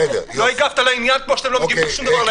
לא הגבת לעניין כמו שאתם לא מגיבים לשום דבר לעניין.